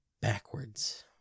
backwards